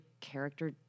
character